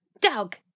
Dog